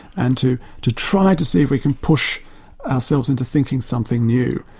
and to to try to see if we can push ourselves into thinking something new.